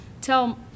tell